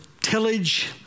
tillage